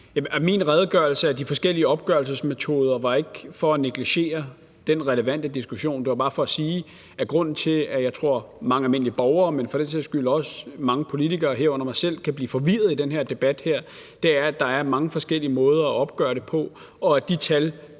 Min redegørelse af de forskellige opgørelsesmetoder var ikke for at negligere den relevante diskussion. Det var bare for at sige, at grunden til, at jeg tror, at mange almindelige borgere, men for den sags skyld også mange politikere, herunder mig selv, kan blive forvirrede i den debat her, er, at der er mange forskellige måder at opgøre det på, og at de tal